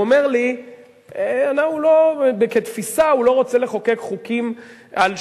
הוא אומר לי שכתפיסה הוא לא רוצה לחוקק חוקים על שכונות.